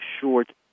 short